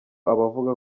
abavuga